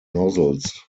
nozzles